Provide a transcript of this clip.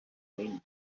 wind